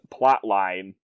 plotline